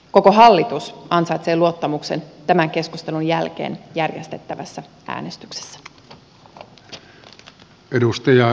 koko hallitus ansaitsee luottamuksen tämän keskustelun jälkeen järjestettävässä äänestyksessä